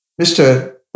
Mr